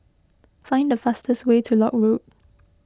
find the fastest way to Lock Road